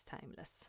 timeless